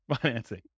financing